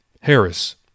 Harris